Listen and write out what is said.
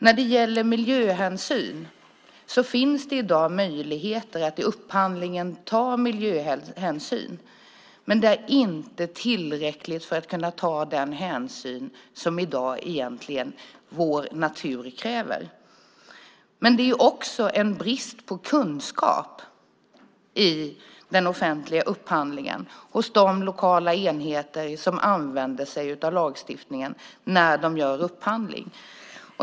När det gäller miljöhänsyn finns i dag möjligheter att i upphandlingen ta miljöhänsyn, men det är inte tillräckligt för att i dag kunna ta den hänsyn som vår natur kräver. Det är också en brist på kunskap om den offentliga upphandlingen hos de lokala enheter som använder sig av lagstiftningen när de gör upphandling.